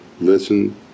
listen